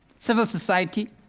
civil society